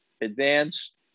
advanced